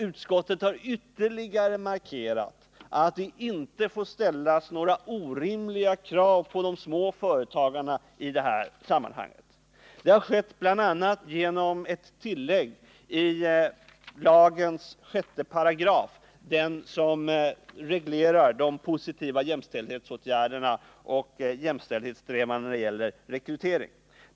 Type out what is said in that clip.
Utskottet har även ytterligare markerat att det inte får ställas några orimliga krav på de små företagarna i detta sammanhang. Det har skett bl.a. genom ett tillägg till lagens 6 §, vilken reglerar de positiva jämställdhetsåtgärderna och jämställdhetssträvandena när det gäller rekryteringen.